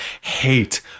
hate